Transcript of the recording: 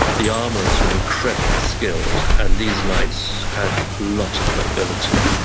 the armorers were incredibly skilled and these knights had a lot of mobility.